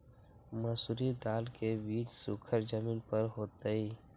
मसूरी दाल के बीज सुखर जमीन पर होतई?